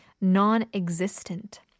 non-existent